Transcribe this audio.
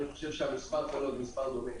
לדעתי, המספר פה צריך להיות דומה.